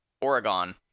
oregon